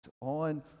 on